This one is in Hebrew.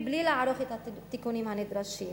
מבלי לערוך את התיקונים הנדרשים,